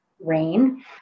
rain